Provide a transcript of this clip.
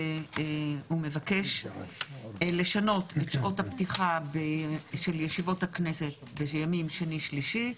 והוא מבקש לשנות את שעות הפתיחה של ישיבות הכנסת בימים שני ושלישי,